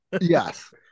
Yes